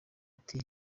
ati